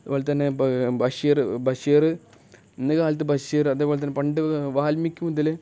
അതുപോലെ തന്നെ ബ ബഷീർ ബഷീർ ഇന്ന കാലത്ത് ബഷീർ അതേപോലെ തന്നെ പണ്ട് വാൽമീകി മുതൽ